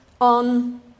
on